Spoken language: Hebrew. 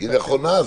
היא נכונה.